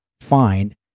find